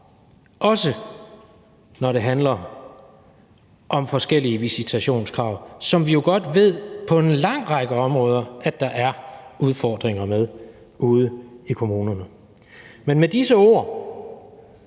også når det handler om forskellige visitationskrav, som vi jo godt ved at der på en lang række områder er udfordringer med ude i kommunerne. Men med disse ord